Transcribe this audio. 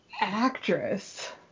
actress